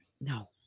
No